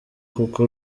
kuko